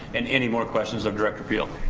and any more questions of director peal?